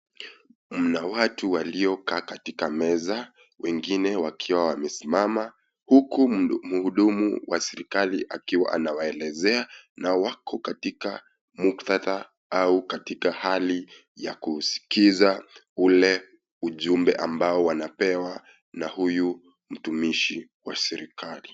Mna watu walio kaa katika meza wengine wakiwa wamesimama huku muhudumu wa serikali akiwa anawaelezea na wako katika mkutadha au katika hali ya kuusikiza ule ujumbe ambao wanapewa na huyu mtumishi wa serikali.